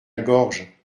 gorge